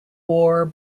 war